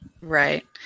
Right